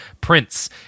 Prince